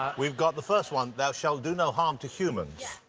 we've got the first one thou shalt do no harm to humans.